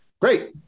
Great